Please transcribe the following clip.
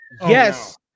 Yes